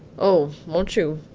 oh, won't you?